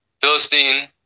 Philistine